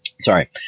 Sorry